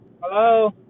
Hello